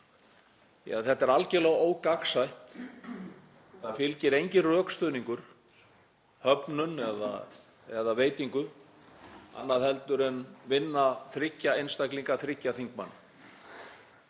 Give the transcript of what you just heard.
þetta er algerlega ógagnsætt. Það fylgir enginn rökstuðningur með höfnun eða veitingu annar heldur en vinna þriggja einstaklinga, þriggja þingmanna.